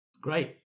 great